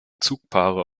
zugpaare